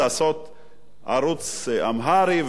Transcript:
ערוץ אמהרי וערוץ לערבים,